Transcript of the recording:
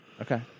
Okay